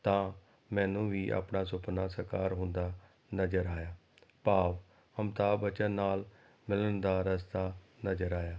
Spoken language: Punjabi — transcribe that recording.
ਤਾਂ ਮੈਨੂੰ ਵੀ ਆਪਣਾ ਸੁਪਨਾ ਸਾਕਾਰ ਹੁੰਦਾ ਨਜ਼ਰ ਆਇਆ ਭਾਵ ਅਮਿਤਾਬ ਬੱਚਨ ਨਾਲ ਮਿਲਣ ਦਾ ਰਸਤਾ ਨਜ਼ਰ ਆਇਆ